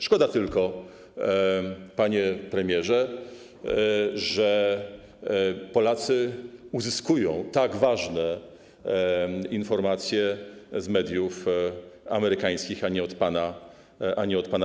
Szkoda tylko, panie premierze, że Polacy uzyskują tak ważne informacje z mediów amerykańskich, a nie tutaj od pana.